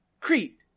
Crete